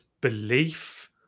belief